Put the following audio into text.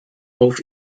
auf